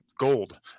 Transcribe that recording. gold